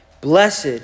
Blessed